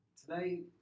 today